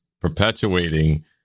perpetuating